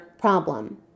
problem